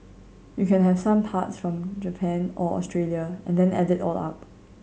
you can have some parts from Japan or Australia and then add it all up